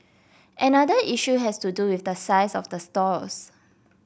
another issue has to do with the size of the stalls